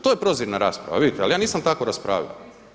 To je prozirna rasprava vidite, ali ja nisam tako raspravljao.